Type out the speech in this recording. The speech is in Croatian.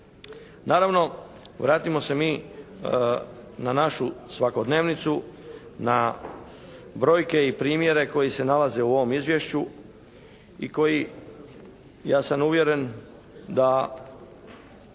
Naravno vratimo se mi na našu svakodnevnicu. Na brojke i primjere koji se nalaze u ovom izvješću i koji ja sam uvjeren da